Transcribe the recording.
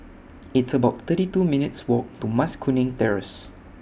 It's about thirty two minutes' Walk to Mas Kuning Terrace